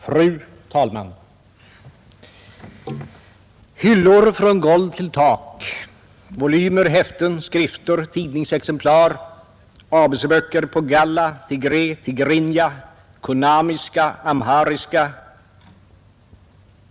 Fru talman! ”Hyllor från golv till tak, volymer, häften, skrifter, tidningsexemplar, ABC-böcker på Galla tigré, tigrinja, Kunamiska, Amhariska.